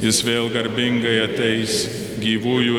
jis vėl garbingai ateis gyvųjų